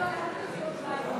לישראל (תיקון,